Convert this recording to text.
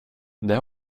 det